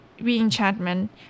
re-enchantment